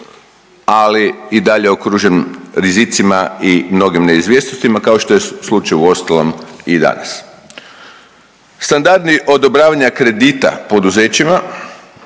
ali i dalje okružen rizicima i mnogim neizvjesnostima kao što je slučaj uostalom i danas. Standardi odobravanja kredita poduzećima